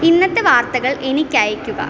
ഇന്നത്തെ വാർത്തകൾ എനിക്ക് അയക്കുക